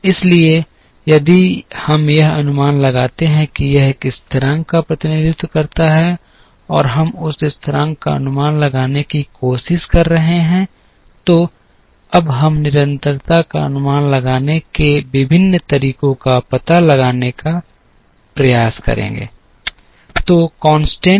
इसलिए यदि हम यह अनुमान लगाते हैं कि यह एक स्थिरांक का प्रतिनिधित्व करता है और हम उस स्थिरांक का अनुमान लगाने की कोशिश कर रहे हैं तो अब हम निरंतरता का अनुमान लगाने के विभिन्न तरीकों का पता लगाने का प्रयास करेंगे